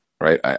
right